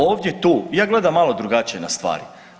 Ovdje, tu ja gledam malo drugačije na stvari.